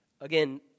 Again